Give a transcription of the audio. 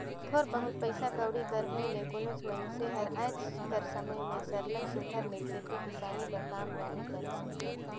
थोर बहुत पइसा कउड़ी कर होए ले कोनोच मइनसे हर आएज कर समे में सरलग सुग्घर ले खेती किसानी कर काम ल नी करे सके